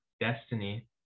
destiny